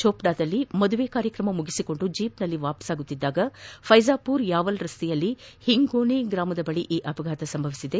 ಚೋಪ್ನಾದಲ್ಲಿ ಮದುವೆ ಕಾರ್ಯಕ್ರಮ ಮುಗಿಸಿಕೊಂಡು ಜೀಪ್ನಲ್ಲಿ ವಾಪಸ್ನಾಗುತ್ತಿದ್ದಾಗ ಫ್ಲೆಜಾಪುರ್ ಯಾವಲ್ ರಸ್ನೆಯ ಹಿಂಗೋನೆ ಗ್ರಾಮದ ಬಳಿ ಈ ಅಪಘಾತ ಸಂಭವಿಸಿದೆ